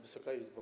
Wysoka Izbo!